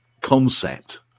concept